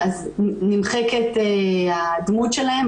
כאשר נמחקת הדמות שלהן.